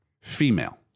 female